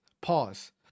Pause